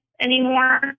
anymore